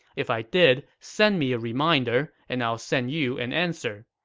if i did, send me a reminder and i'll send you an answer.